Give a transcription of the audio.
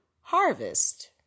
harvest